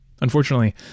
Unfortunately